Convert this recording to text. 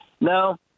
No